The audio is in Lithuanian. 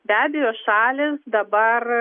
be abejo šalys dabar